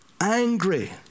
angry